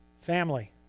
Family